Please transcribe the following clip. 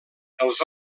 els